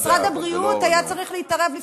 משרד הבריאות היה צריך להתערב, זה לא נאום.